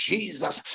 Jesus